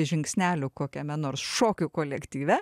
žingsnelių kokiame nors šokių kolektyve